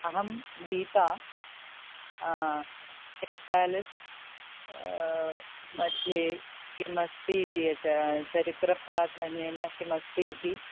अहं Gita saint Paul's मध्ये किमस्ति इति यत् चरित्रप्राधान्येन किमस्ति इति